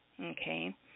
Okay